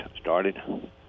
started